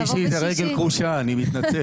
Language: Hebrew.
ביום שישי זו רגל קרושה, אני מתנצל.